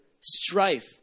strife